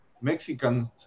Mexicans